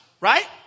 right